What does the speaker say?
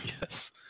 yes